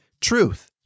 truth